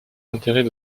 intérêts